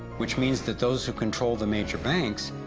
which means that those who control the major banks,